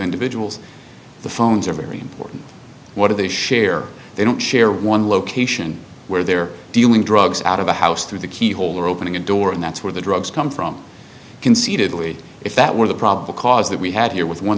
individuals the phones are very important what do they share they don't share one location where they're dealing drugs out of a house through the keyhole or opening a door and that's where the drugs come from conceited which if that were the probable cause that we had here with one